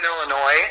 Illinois